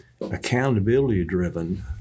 accountability-driven